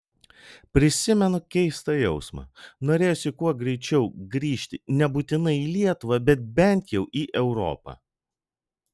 prisimenu keistą jausmą norėjosi kuo greičiau grįžti nebūtinai į lietuvą bet bent jau į europą